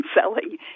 selling